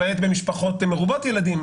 למעט במשפחות מרובות ילדים,